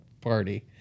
party